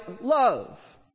love